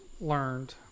learned